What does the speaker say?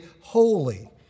holy